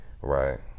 Right